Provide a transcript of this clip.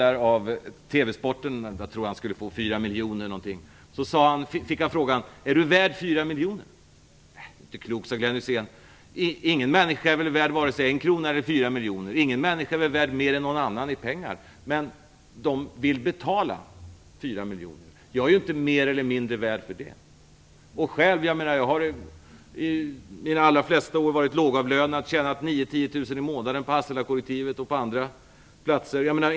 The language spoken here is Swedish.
När TV-sporten intervjuade honom fick han frågan: Är du värd 4 miljoner? Du är inte klok, sade Glenn Hysén. Ingen människa är väl värd vare sig 1 krona eller 4 miljoner kronor. Ingen människa är väl mer värd i pengar än någon annan, men de vill betala 4 miljoner. Jag är ju inte mer eller mindre värd för det. Själv har jag under de allra flesta år varit lågavlönad. Jag har tjänat 9 000-10 000 kr på Hasselakollektivet och på andra platser.